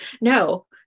No